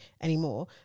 anymore